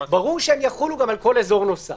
ברור שיחולו גם על כל אזור נוסף.